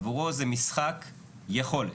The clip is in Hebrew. עבורו זה משחק יכולת.